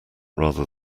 rather